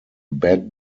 bad